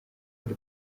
ari